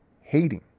hating